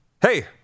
Hey